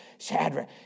Shadrach